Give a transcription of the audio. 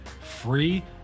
free